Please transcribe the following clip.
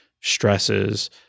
stresses